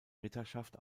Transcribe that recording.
ritterschaft